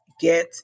get